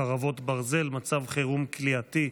חרבות ברזל) (מצב חירום כליאתי),